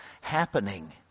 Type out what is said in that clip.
happening